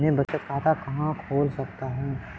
मैं बचत खाता कहाँ खोल सकता हूँ?